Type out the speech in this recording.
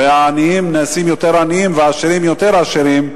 והעניים נעשים יותר עניים והעשירים יותר עשירים.